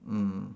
mm